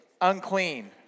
unclean